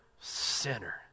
Sinner